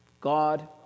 God